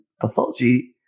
pathology